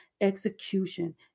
execution